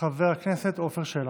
חבר הכנסת עפר שלח.